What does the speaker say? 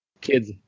kids